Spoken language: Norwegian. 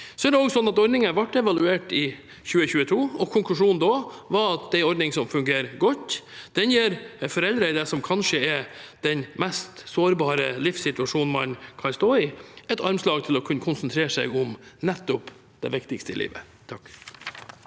Ordningen ble evaluert i 2022, og konklusjonen da var at det er en ordning som fungerer godt. Den gir foreldre i det som kanskje er den mest sårbare livssituasjonen man kan stå i, et armslag til å kunne konsentrere seg om nettopp det viktigste i livet. Gisle